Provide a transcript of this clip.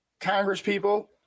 congresspeople